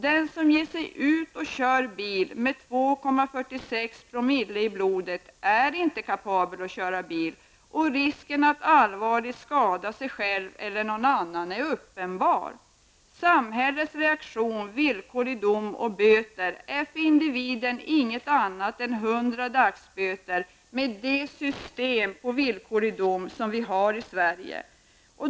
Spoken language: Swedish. Den som ger sig ut och kör bil med 2,46 promille i blodet är inte kapabel att köra bil, och risken att allvarligt skada sig själv eller någon annan är uppenbar. Samhällets reaktion, villkorlig dom och böter, är för individen inget annat än 100 dagsböter med det system för villkorlig dom som vi har i Sverige.